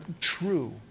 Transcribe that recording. true